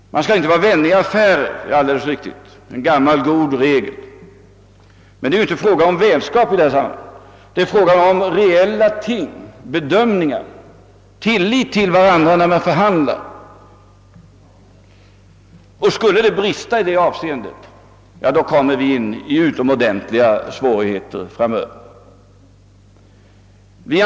Man skall inte vara vänlig i affärer, brukar det heta. Alldeles riktigt, det är en gammal god regel. Men det är inte fråga om vänskap i det här fallet, utan det är fråga om reella ting, bedömningar, tillit till varandra när man förhandlar. Skulle det brista i det avseendet kommer vi in i utomordentliga svårigheter framöver.